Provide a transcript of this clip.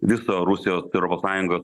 viso rusijos europos sąjungos